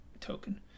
token